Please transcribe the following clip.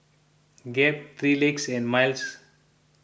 Gap three Legs and Miles